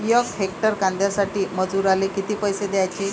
यक हेक्टर कांद्यासाठी मजूराले किती पैसे द्याचे?